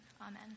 amen